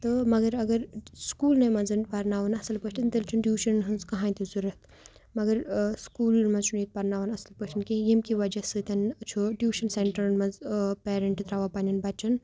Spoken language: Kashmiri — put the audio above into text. تہٕ مگر اگر سکوٗلن منز پرناونہِ اَصل پٲٹھۍ تیٚلہِ چھُنہٕ ٹیوٗشن ہِنٛز کہیٖنۍ تہِ ضروٗرتھ مگر سکوٗلَن منٛز چھُنہٕ ییٚتہِ پرناوان اَصل پٲٹھۍ کِہیٖنۍ ییٚمہِ کہِ وجہ سۭتۍ چھُ ٹیوٗشن سینٹرن منٛز پیرنٹ ترٛاوان پَننٮ۪ن بچن